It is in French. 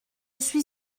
suis